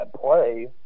play